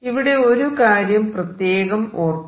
ഇവിടെ ഒരു കാര്യം പ്രത്യേകം ഓർക്കണം